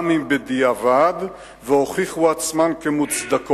גם אם בדיעבד, והוכיחו את עצמן כמוצדקות: